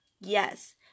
Yes